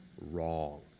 wrong